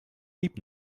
blieb